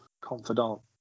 Confidant